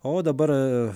o dabar